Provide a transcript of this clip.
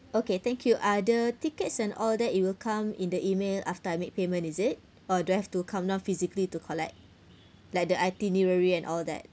okay thank you uh the tickets and all that it will come in the E-mail after I make payment is it or do I have to come down physically to collect like the itinerary and all that